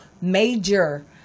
major